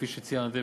כפי שציינתם,